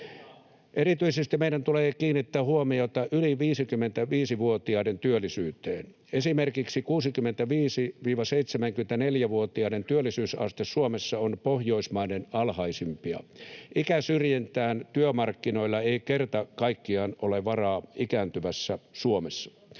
Erityisesti meidän tulee kiinnittää huomiota yli 55-vuotiaiden työllisyyteen. Esimerkiksi 65—74-vuotiaiden työllisyysaste Suomessa on Pohjoismaiden alhaisimpia. Ikäsyrjintään työmarkkinoilla ei kerta kaikkiaan ole varaa ikääntyvässä Suomessa.